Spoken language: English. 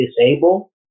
disable